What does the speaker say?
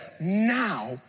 now